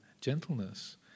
gentleness